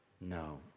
No